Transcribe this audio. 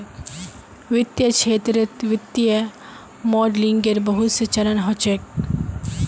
वित्तीय क्षेत्रत वित्तीय मॉडलिंगेर बहुत स चरण ह छेक